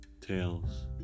tales